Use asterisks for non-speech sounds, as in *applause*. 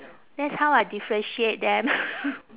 that's how I differentiate them *laughs*